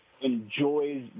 enjoys